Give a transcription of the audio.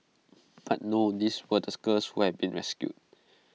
but no these were the girls where been rescued